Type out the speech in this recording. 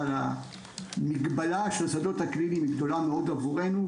אבל המגבלה של השדות הקליניים היא גדולה מאוד עבורנו.